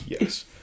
Yes